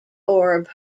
orb